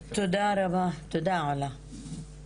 תודה רבה, עולא.